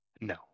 No